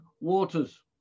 waters